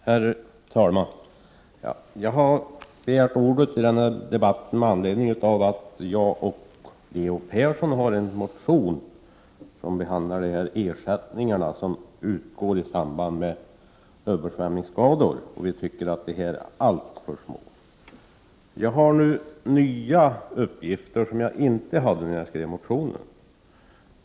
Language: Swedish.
Herr talman! Jag har begärt ordet i den här debatten med anledning av att jag och Leo Persson har väckt en motion som behandlar de ersättningar som utgår i samband med översvämningsskador. Vi tycker att de är alltför små. Jag har nu uppgifter som jag inte hade när jag skrev motionen.